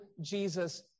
Jesus